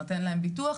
שנותן להם ביטוח,